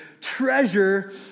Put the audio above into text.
treasure